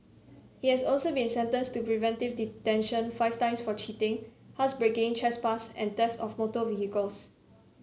he has also been sentenced to preventive detention five times for cheating housebreaking trespass and theft of motor vehicles